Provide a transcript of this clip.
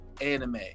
anime